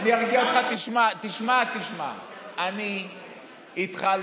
אני ארגיע